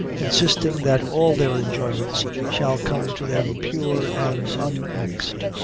insisting that all their enjoyments shall come to them pure and unmixed,